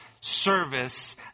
service